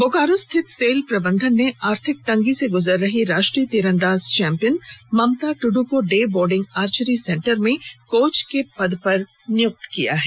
बोकारो स्थित सेल प्रबंधन ने आर्थिक तंगी से गुजर रही राष्ट्रीय तीरंदाज चौंपियन ममता टुडू को डे बोर्डिंग आर्चरी सेंटर में कोच के पद पर नियुक्ति किया है